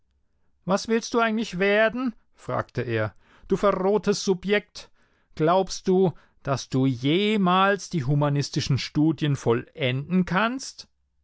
was willst du eigentlich werden fragte er du verrohtes subjekt glaubst du daß du jemals die humanistischen studien vollenden kannst